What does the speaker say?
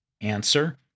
Answer